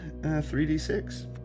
3d6